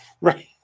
Right